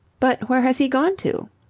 but where has he gone to?